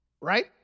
Right